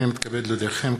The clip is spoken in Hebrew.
הנני מתכבד להודיעכם,